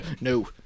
No